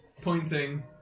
Pointing